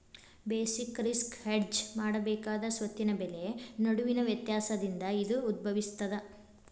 basic risk hedge ಮಾಡಬೇಕಾದ ಸ್ವತ್ತಿನ ಬೆಲೆ ನಡುವಿನ ವ್ಯತ್ಯಾಸದಿಂದ ಇದು ಉದ್ಭವಿಸ್ತದ